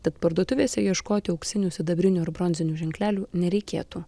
tad parduotuvėse ieškoti auksinių sidabrinių ar bronzinių ženklelių nereikėtų